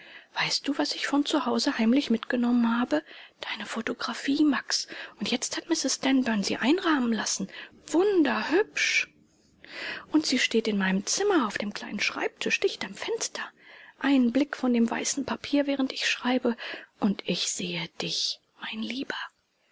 weißt du was ich von zu hause heimlich mitgenommen habe deine photographie max und jetzt hat mrs stanburn sie einrahmen lassen wunderhübsch und sie steht in meinem zimmer auf dem kleinen schreibtisch dicht am fenster ein blick von dem weißen papier während ich schreibe und ich sehe dich mein lieber